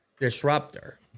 disruptor